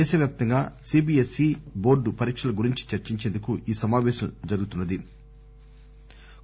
దేశవ్యాప్తంగా CBSE board పరీక్షల గురించి చర్చించేందుకు ఈ సమాపేశం జరుగుతున్నది